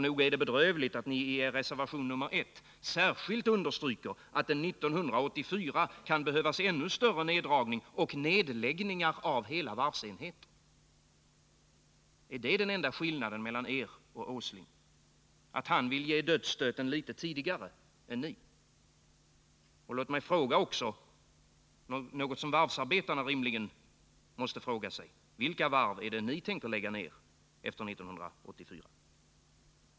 Nog är det bedrövligt att ni i er reservation nr 1 särskilt understryker att det 1984 kan behövas en ännu större neddragning och nedläggningar av hela varvsenheter. Är det den enda skillnaden mellan er och industriminister Åsling — att han vill ge dödsstöten litet tidigare än ni? Och låt mig fråga vad också varvsarbetarna rimligen måste fråga sig: Vilka varv är det ni tänker lägga ner efter 1984?